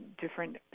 different